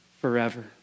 forever